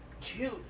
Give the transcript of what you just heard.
Cute